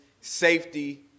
safety